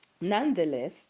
Nonetheless